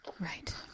Right